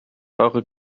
eure